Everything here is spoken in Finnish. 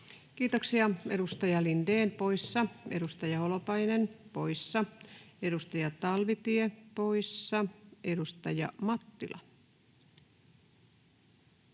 Kiitoksia. — Edustaja Lindén poissa, edustaja Holopainen poissa, edustaja Talvitie poissa. — Edustaja Mattila.